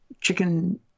chicken